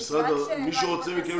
למי ששאל על האיכות שלהם,